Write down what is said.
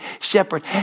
shepherd